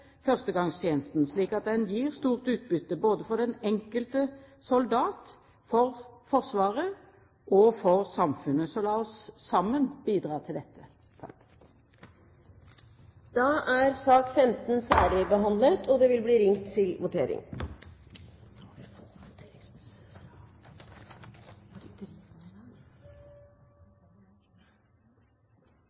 slik at den gir stort utbytte både for den enkelte soldat, for Forsvaret og for samfunnet. Så la oss sammen bidra til dette. Debatten i sak nr. 15 er avsluttet. Da er